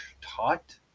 taught